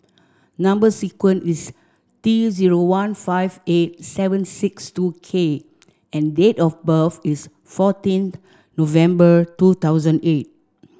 number sequence is T zero one five eight seven six two K and date of birth is fourteenth November two thousand eight